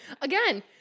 Again